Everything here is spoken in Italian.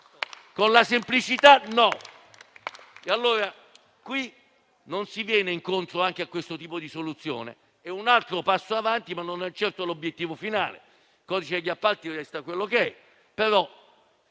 Con la semplicità no. Qui si viene incontro anche a questo tipo di soluzione; è un altro passo avanti, ma non certo l'obiettivo finale: il codice degli appalti resta quello che è, però,